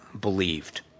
believed